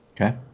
Okay